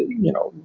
you know,